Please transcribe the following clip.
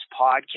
podcast